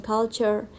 Culture